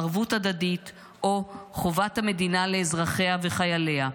ערבות הדדית או חובת המדינה לאזרחיה וחייליה,